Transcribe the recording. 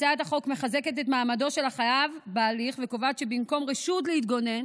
הצעת החוק מחזקת את מעמדו של החייב בהליך וקובעת שבמקום רשות להתגונן